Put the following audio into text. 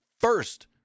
first